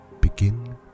begin